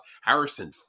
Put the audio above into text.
Harrison